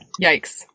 Yikes